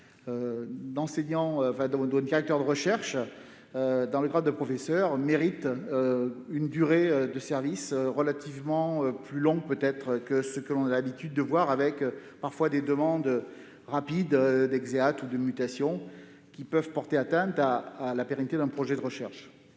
de directeurs de recherche dans le grade de professeur justifie une durée de service relativement plus longue que ce que l'on a l'habitude de voir, avec parfois des demandes rapides d'exeat ou de mutation qui peuvent porter atteinte à la pérennité d'un projet de recherche.